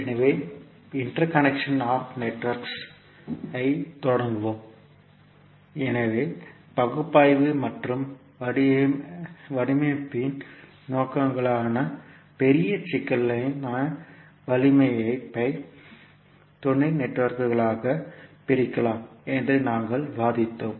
எனவே interconnection of networks ஐ தொடங்குவோம் எனவே பகுப்பாய்வு மற்றும் வடிவமைப்பின் நோக்கங்களுக்காக பெரிய சிக்கலான வலையமைப்பை துணை நெட்வொர்க்குகளாகப் பிரிக்கலாம் என்று நாங்கள் விவாதித்தோம்